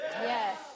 Yes